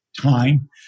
time